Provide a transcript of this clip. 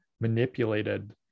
manipulated